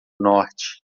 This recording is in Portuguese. norte